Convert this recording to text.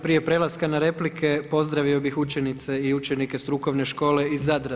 Prije prelaska na replike, pozdravio bih učenice i učenike strukovne škole iz Zadra.